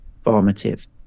formative